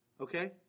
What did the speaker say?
Okay